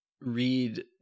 read